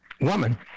woman